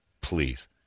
Please